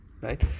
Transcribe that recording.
Right